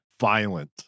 violent